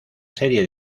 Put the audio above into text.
serie